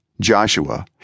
Joshua